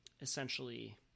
essentially